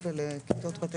כלומר ליומיים.